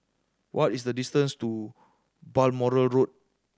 what is the distance to Balmoral Road